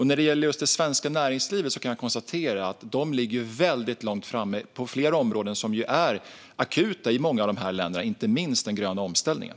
När det gäller just det svenska näringslivet kan jag konstatera att det ligger långt fram på flera områden som är akuta i många av dessa länder - inte minst den gröna omställningen.